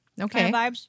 Okay